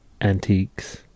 antiques